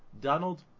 Donald